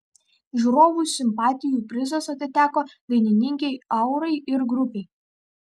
žiūrovų simpatijų prizas atiteko dainininkei aurai ir grupei